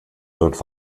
dort